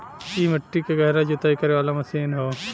इ मट्टी के गहरा जुताई करे वाला मशीन हौ